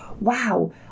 wow